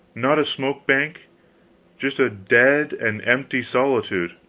not a smoke-bank just a dead and empty solitude,